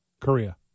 Korea